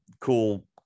cool